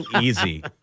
Easy